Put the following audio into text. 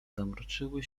zamroczyły